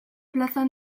plazan